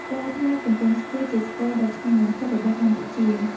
ស្ករត្នោតកំពង់ស្ពឺ ជាស្ករដ៏ឆ្ងាញ់បំផុតរបស់កម្ពុជា។